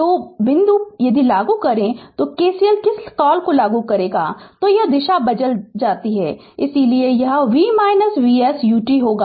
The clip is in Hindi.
तो इस बिंदु पर यदि लागू करें कि KCL किस कॉल को लागू करें तो यह दिशा बदल जाती है इसलिए यह v Vs ut होगा